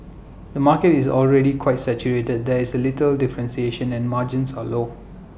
the market is already quite saturated there is A little differentiation and margins are low